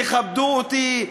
יכבדו אותי,